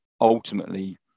ultimately